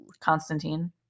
Constantine